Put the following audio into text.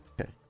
Okay